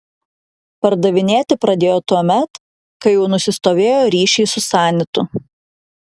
pardavinėti pradėjo tuomet kai jau nusistovėjo ryšiai su sanitu